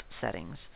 settings